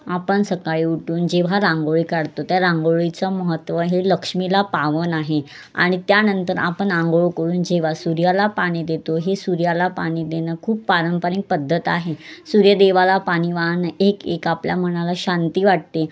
आपण सकाळी उठून जेव्हा रांगोळी काढतो त्या रांगोळीचं महत्त्व हे लक्ष्मीला पावन आहे आणि त्यानंतर आपण आंघोळ करून जेव्हा सूर्याला पाणी देतो हे सूर्याला पाणी देणं खूप पारंपरिक पद्धत आहे सूर्यदेवाला पाणी वाहणं एक एक आपल्या मनाला शांती वाटते